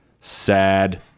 sad